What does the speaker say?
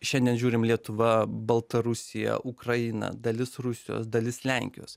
šiandien žiūrim lietuva baltarusija ukraina dalis rusijos dalis lenkijos